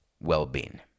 well-being